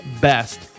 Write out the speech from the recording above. best